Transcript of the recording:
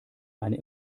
eine